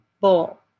bull